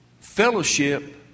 Fellowship